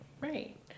Right